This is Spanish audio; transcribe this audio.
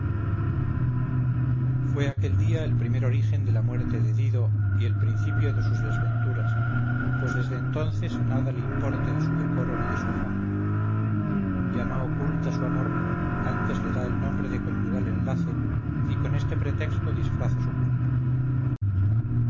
fue aquel día el primer origen de la muerte de dido y el principio de sus desventuras pues desde entonces nada le importe de su decoro ni de su fama ya no oculta su amor antes le da el nombre de conyugal enlace y con este pretexto disfraza su culpa